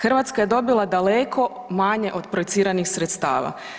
Hrvatska je dobila daleko manje od projiciranih sredstava.